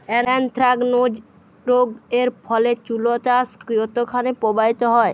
Anthracnose রোগ এর ফলে তুলাচাষ কতখানি প্রভাবিত হয়?